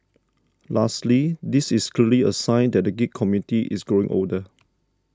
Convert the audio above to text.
lastly this is clearly a sign that the geek community is growing older